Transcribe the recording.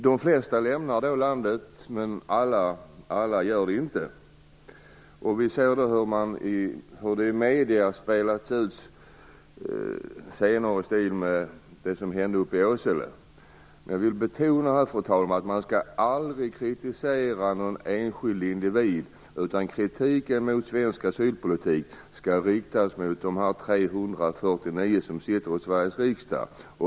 De flesta lämnar då landet - men alltså inte alla. Vi ser hur det i medierna spelas upp scener i stil med det som hände uppe i Åsele. Men jag vill betona, fru talman, att man aldrig skall kritisera en enskild individ, utan kritiken mot svensk asylpolitik skall riktas mot de 349 som sitter i Sveriges riksdag.